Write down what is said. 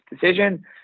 decision